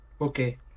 Okay